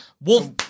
Wolf